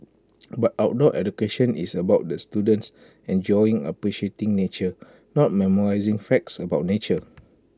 but outdoor education is about the students enjoying appreciating nature not memorising facts about nature